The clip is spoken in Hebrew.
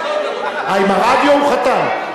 אה, עם הרדיו הוא חתם?